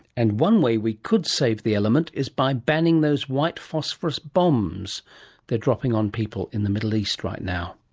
and one way we could save the element is by banning those white phosphorous bombs they're dropping on people in the middle east right now